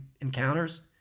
encounters